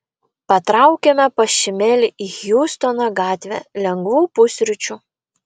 patraukėme pas šimelį į hjustono gatvę lengvų pusryčių